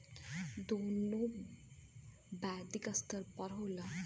दोनों वैश्विक स्तर पर होला